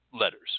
letters